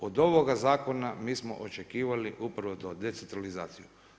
Od ovoga zakona mi smo očekivali upravo to, decentralizaciju.